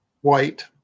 white